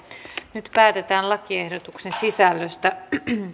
nyt päätetään lakiehdotuksen sisällöstä